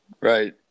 Right